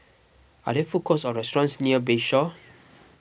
are there food courts or restaurants near Bayshore